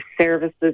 services